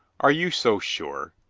are you so sure?